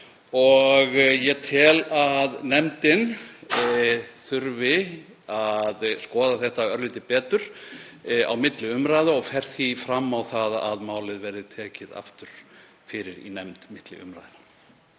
Ég tel að nefndin þurfi að skoða þetta örlítið betur á milli umræðna og fer því fram á að málið verði tekið aftur fyrir í nefnd milli umræðna.